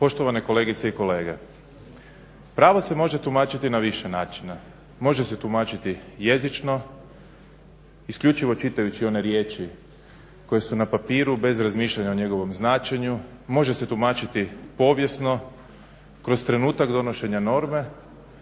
Poštovan kolegice i kolege. Pravo se može tumačiti na više načina, može se tumačiti jezično isključivo čitajući one riječi koje su na papiru bez razmišljanja o njegovom značenju, može se tumačiti povijesno kroz trenutak donošenja norme,